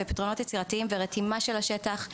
פתרונות יצירתיים ורתימה של השטח.